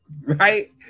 right